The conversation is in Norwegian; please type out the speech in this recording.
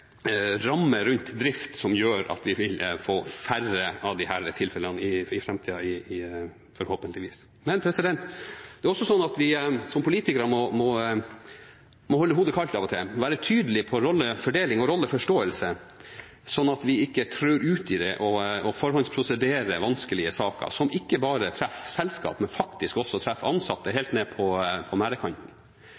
rammer rundt drift som gjør at vi vil få færre av disse tilfellene i framtiden, forhåpentligvis. Men det er også sånn at vi som politikere må holde hodet kaldt av og til, være tydelig på rollefordeling og rolleforståelse, slik at vi ikke trår ut i det og forhåndsprosederer vanskelige saker, som ikke bare treffer selskap, men faktisk også treffer ansatte